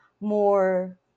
more